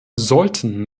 sollten